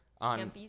On